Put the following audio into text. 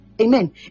Amen